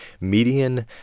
median